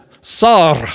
Sar